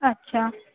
اچھا